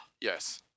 yes